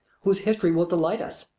whose history will delight us?